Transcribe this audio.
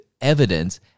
evidence